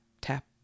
tap